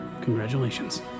Congratulations